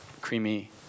creamy